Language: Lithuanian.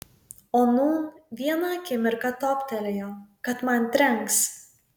o nūn vieną akimirką toptelėjo kad man trenks